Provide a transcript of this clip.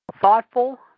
thoughtful